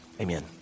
Amen